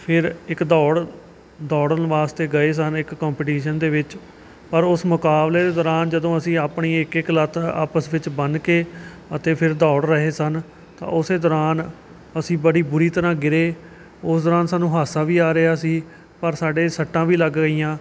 ਫੇਰ ਇੱਕ ਦੌੜ ਦੌੜਨ ਵਾਸਤੇ ਗਏ ਸਨ ਇੱਕ ਕੋਂਪੀਟੀਸ਼ਨ ਦੇ ਵਿੱਚ ਪਰ ਉਸ ਮੁਕਾਬਲੇ ਦੇ ਦੌਰਾਨ ਜਦੋਂ ਅਸੀਂ ਆਪਣੀ ਇੱਕ ਇੱਕ ਲੱਤ ਆਪਸ ਵਿੱਚ ਬੰਨ੍ਹ ਕੇ ਅਤੇ ਫੇਰ ਦੌੜ ਰਹੇ ਸਨ ਤਾਂ ਉਸੇ ਦੌਰਾਨ ਅਸੀਂ ਬੜੀ ਬੁਰੀ ਤਰ੍ਹਾਂ ਗਿਰੇ ਉਸ ਦੌਰਾਨ ਸਾਨੂੰ ਹਾਸਾ ਵੀ ਆ ਰਿਹਾ ਸੀ ਪਰ ਸਾਡੇ ਸੱਟਾਂ ਵੀ ਲੱਗ ਗਈਆਂ